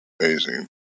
amazing